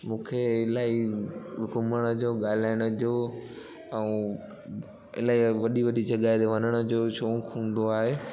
मूंंखे इलाही घुमण जो ॻाल्हाइण जो ऐं इलाही वॾी वॾी जॻह ते वञण जो शौक़ु हूंदो आहे